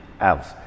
else